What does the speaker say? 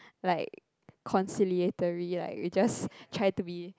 like conciliatory it just try to be